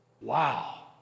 Wow